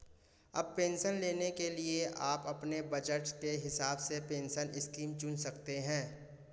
अब पेंशन लेने के लिए आप अपने बज़ट के हिसाब से पेंशन स्कीम चुन सकते हो